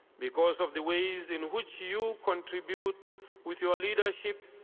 because of the ways in which you contribute with your leadership,